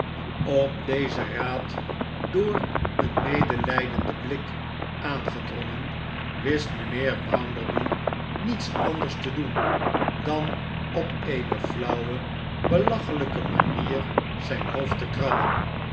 op dezen raad door een medelijdenden blik aangedrongen wist rnijnheer bounderby niets anders te doen dan op eene flauwe belachelijke manier zijn hoofd te krabben